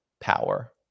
power